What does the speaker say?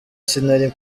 sinari